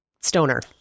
stoner